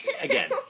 again